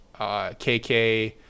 KK